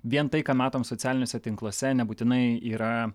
vien tai ką matom socialiniuose tinkluose nebūtinai yra